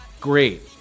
great